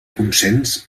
consens